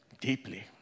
deeply